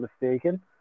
mistaken